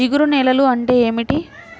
జిగురు నేలలు అంటే ఏమిటీ?